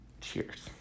cheers